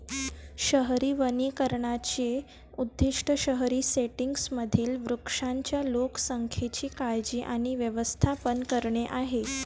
शहरी वनीकरणाचे उद्दीष्ट शहरी सेटिंग्जमधील वृक्षांच्या लोकसंख्येची काळजी आणि व्यवस्थापन करणे आहे